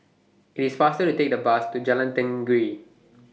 IT IS faster to Take The Bus to Jalan Tenggiri